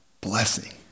blessing